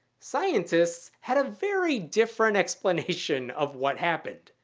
scientists had a very different explanation of what happened.